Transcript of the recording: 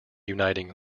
uniting